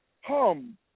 Hum